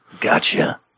Gotcha